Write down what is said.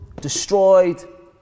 destroyed